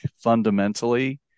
fundamentally